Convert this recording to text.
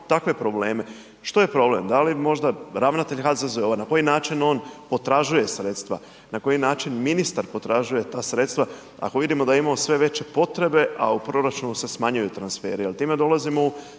takve probleme, što je problem? Da li možda ravnatelj HZZO-a, na koji način on potražuje sredstva, na koji način ministar potražuje ta sredstva ako vidimo da imamo sve veće potrebe, a u proračunu se smanjuju transferi? Time dolazimo u